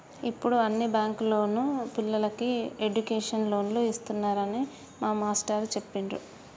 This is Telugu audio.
యిప్పుడు అన్ని బ్యేంకుల్లోనూ పిల్లలకి ఎడ్డుకేషన్ లోన్లు ఇత్తన్నారని మా మేష్టారు జెప్పిర్రు